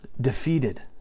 defeated